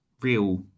real